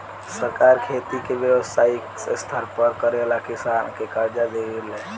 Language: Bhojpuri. सरकार खेती के व्यवसायिक स्तर पर करेला किसान के कर्जा देवे ले